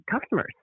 customers